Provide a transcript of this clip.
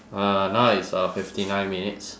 uh now is uh fifty nine minutes